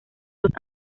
dos